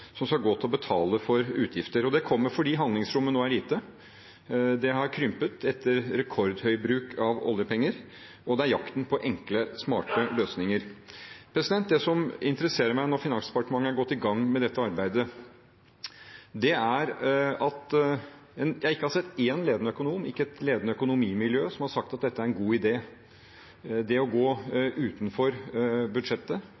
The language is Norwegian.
som skal gå til å betale utgifter. Dette kommer fordi handlingsrommet nå er lite – det har krympet etter rekordhøy bruk av oljepenger – og det er en jakt etter enkle, smarte løsninger. Det som interesserer meg når Finansdepartementet er gått i gang med dette arbeidet, er at jeg ikke har sett én ledende økonom, ikke ett ledende økonomimiljø som har sagt at dette er en god idé – det å gå utenfor budsjettet,